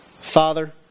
Father